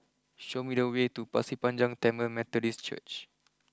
show me the way to Pasir Panjang Tamil Methodist Church